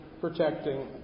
protecting